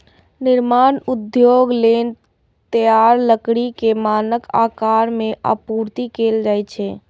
निर्माण उद्योग लेल तैयार लकड़ी कें मानक आकार मे आपूर्ति कैल जाइ छै